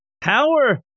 Power